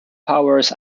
powers